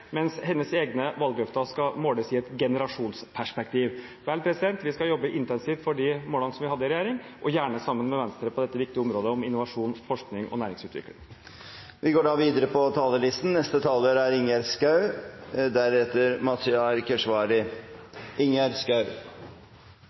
mens hennes egne valgløfter skal måles i et generasjonsperspektiv. Vi skal jobbe intensivt for de målene vi hadde i regjering og gjerne sammen med Venstre på dette viktige området om innovasjon, forskning og næringsutvikling. Replikkordskiftet er omme. Når jeg hører på